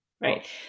right